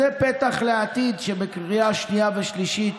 זה פתח לעתיד שבקריאה שנייה ושלישית